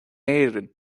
éirinn